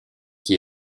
qui